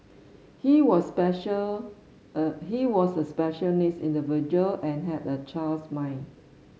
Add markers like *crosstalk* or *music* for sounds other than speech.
he was special *hesitation* he was a special needs individual and had a child's mind